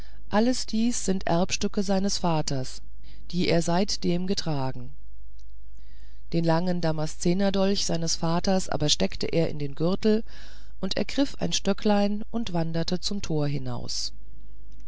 alles dies sind erbstücke seines vaters die er seitdem getragen den langen damaszenerdolch seines vaters aber steckte er in den gürtel ergriff ein stöcklein und wanderte zum tor hinaus